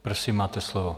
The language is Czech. Prosím, máte slovo.